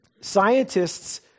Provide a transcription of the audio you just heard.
scientists